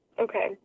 Okay